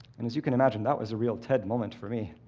and as you can imagine, that was a real ted moment for me.